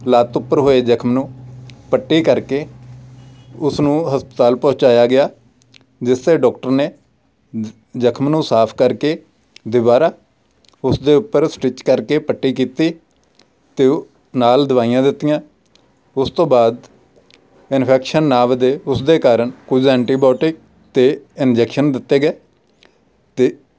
ਲੱਤ ਉੱਪਰ ਹੋਏ ਜਖ਼ਮ ਨੂੰ ਪੱਟੀ ਕਰਕੇ ਉਸਨੂੰ ਹਸਪਤਾਲ ਪਹੁੰਚਾਇਆ ਗਿਆ ਜਿਸ 'ਤੇ ਡੋਕਟਰ ਨੇ ਜ ਜਖ਼ਮ ਨੂੰ ਸਾਫ਼ ਕਰਕੇ ਦੁਬਾਰਾ ਉਸਦੇ ਉੱਪਰ ਸਟਿਚ ਕਰਕੇ ਪੱਟੀ ਕੀਤੀ ਅਤੇ ਉਹ ਨਾਲ ਦਵਾਈਆਂ ਦਿੱਤੀਆਂ ਉਸ ਤੋਂ ਬਾਅਦ ਇਨਫੈਕਸ਼ਨ ਨਾ ਵਧੇ ਉਸਦੇ ਕਾਰਨ ਕੁਝ ਐਂਟੀਬੋਟੀ ਅਤੇ ਇੰਜੈਕਸ਼ਨ ਦਿੱਤੇ ਗਏ ਅਤੇ